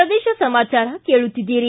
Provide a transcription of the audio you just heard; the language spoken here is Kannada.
ಪ್ರದೇಶ ಸಮಾಚಾರ ಕೇಳುತ್ತಿದ್ದೀರಿ